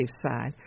side